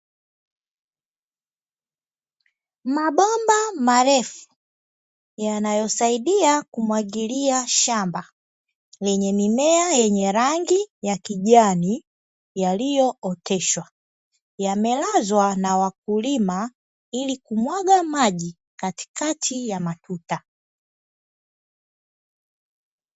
Mabomba marefu yanayosaidia kumwagilia shamba lenye mimea yenye rangi ya kijani yaliyooteshwa. Yamelazwa na wakulima ili kumwaga maji katikati ya matuta.